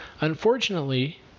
unfortunately